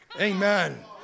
Amen